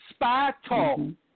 SpyTalk